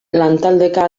lantaldeka